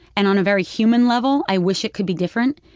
and on a very human level, i wish it could be different.